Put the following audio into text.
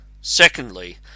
secondly